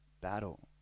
battle